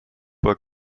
vor